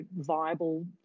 viable